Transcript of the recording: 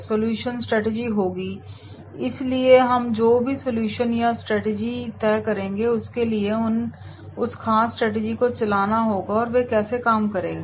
solution strategy होगी इसलिए हम जो भी सॉल्यूशन या स्ट्रेटजी तय करेंगे उसके लिए उन्हें उस खास स्ट्रैटेजी को चलाना होगा वे कैसे काम करेंगे